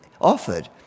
offered